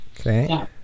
okay